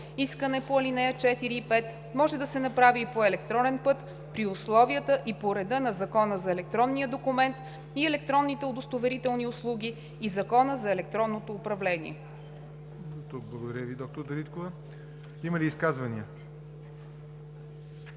Искане по ал. 4 и 5 може да се направи и по електронен път при условията и по реда на Закона за електронния документ и електронните удостоверителни услуги и Закона за електронното управление.“